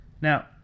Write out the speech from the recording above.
Now